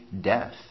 death